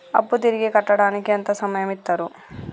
అప్పు తిరిగి కట్టడానికి ఎంత సమయం ఇత్తరు?